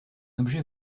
objet